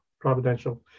providential